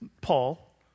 Paul